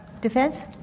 defense